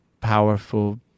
powerful